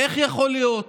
איך יכול להיות